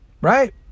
Right